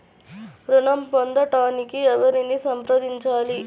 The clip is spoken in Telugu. ఋణం పొందటానికి ఎవరిని సంప్రదించాలి?